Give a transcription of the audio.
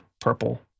Purple